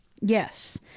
Yes